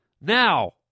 Now